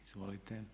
Izvolite.